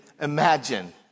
imagine